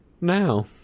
Now